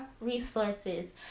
resources